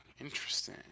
interesting